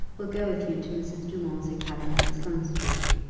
will go with you to mrs. dumont's academy in sloane-street.